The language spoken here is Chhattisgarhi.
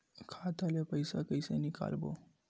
खाता ले पईसा कइसे निकालबो?